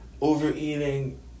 overeating